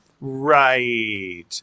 Right